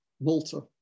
Malta